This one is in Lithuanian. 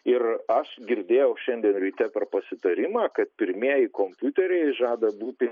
ir aš girdėjau šiandien ryte per pasitarimą kad pirmieji kompiuteriai žada būti